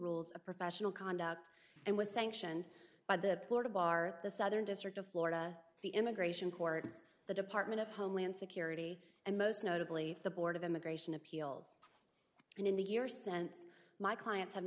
rules of professional conduct and was sanctioned by the florida bar the southern district of florida the immigration courts the department of homeland security and most notably the board of immigration appeals and in the year since my clients have